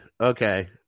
Okay